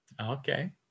Okay